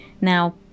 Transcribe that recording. Now